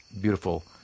beautiful